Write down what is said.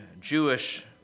Jewish